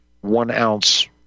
one-ounce